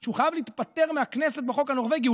שהוא חייב להתפטר מהכנסת בחוק הנורבגי.